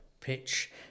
pitch